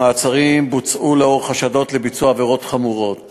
המעצרים בוצעו עקב חשדות לביצוע עבירות חמורות